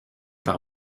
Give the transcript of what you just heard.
par